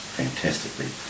fantastically